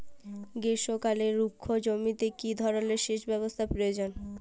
গ্রীষ্মকালে রুখা জমিতে কি ধরনের সেচ ব্যবস্থা প্রয়োজন?